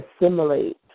assimilate